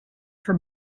for